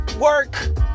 Work